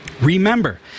Remember